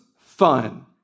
Fun